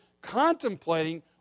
contemplating